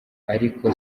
ariko